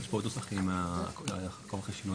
לפעמים, כמו שאמרת,